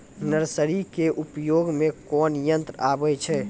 Nursery के उपयोग मे कोन यंत्र आबै छै?